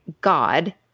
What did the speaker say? God